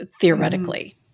theoretically